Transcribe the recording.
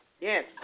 Yes